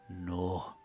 No